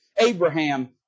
Abraham